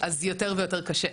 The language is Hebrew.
אז זה יותר ויותר קשה.